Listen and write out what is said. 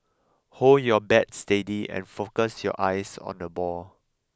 hold your bat steady and focus your eyes on the ball